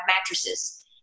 mattresses